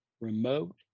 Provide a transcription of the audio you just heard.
remote